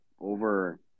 over